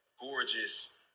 gorgeous